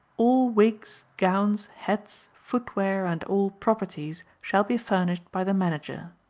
all wigs, gowns, hats, footwear and all properties shall be furnished by the manager.